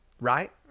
Right